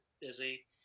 busy